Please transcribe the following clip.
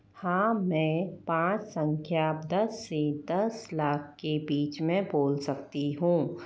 हाँ मैं पाँच संख्या दस से दस लाख के बीच में बोल सकती हूँ